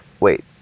Wait